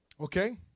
Okay